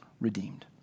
redeemed